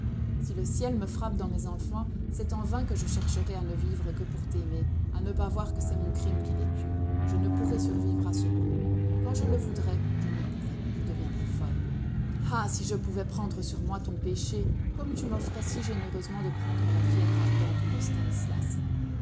si le ciel me frappe dans mes enfants c'est en vain que je chercherai à ne vivre que pour t'aimer à ne pas voir que c'est mon crime qui les tue je ne pourrai survivre à ce coup quand je le voudrais je ne pourrais je deviendrais folle ah si je pouvais prendre sur moi ton péché comme tu m'offrais si généreusement de prendre la fièvre ardente de stanislas